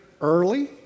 early